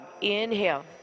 Inhale